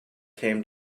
came